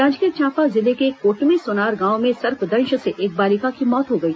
जांजगीर चांपा जिले के कोटमीसोनार गांव में सर्पदंश से एक बालिका की मौत हो गई